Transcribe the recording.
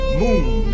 moon